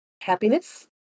happiness